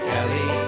Kelly